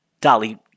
Dolly